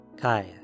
Kaya